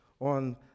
on